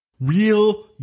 real